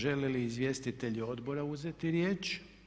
Želi li izvjestitelji Odbora uzeti riječ?